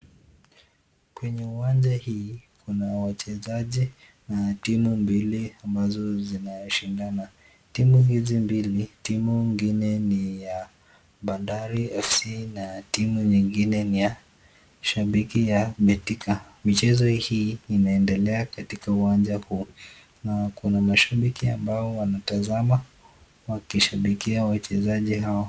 Kwenye uwanja hii kuna wachezaji wa timu mbili ambazo zinashindana . Timu hizi mbili timu ingine ni ya Bandari FC na timu nyingine ni ya shabiki ya Betika .Michezo hii inaendelea katika uwanja huu na kuna mashabiki ambao wanatazama wakishabikia wachezaji hawa .